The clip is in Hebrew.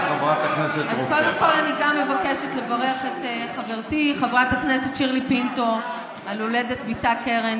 אני רק תוהה אם הפעם הוא נכנס למליאה עם